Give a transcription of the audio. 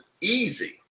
easy